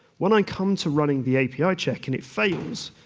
when i come to running the api check and it fails,